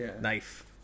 knife